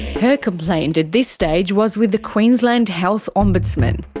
her complaint at this stage was with the queensland health ombudsman.